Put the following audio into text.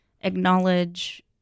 acknowledge